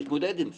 להתמודד עם זה.